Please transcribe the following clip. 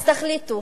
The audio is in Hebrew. אז תחליטו,